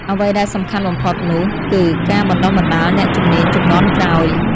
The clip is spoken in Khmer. អ្វីដែលសំខាន់បំផុតនោះគឺការបណ្ដុះបណ្ដាលអ្នកជំនាញជំនាន់ក្រោយ។